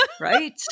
right